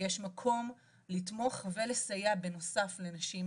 יש מקום לתמוך ולסייע דרכה בנוסף לנשים